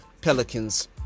Pelicans